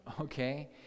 okay